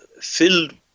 filled